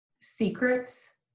secrets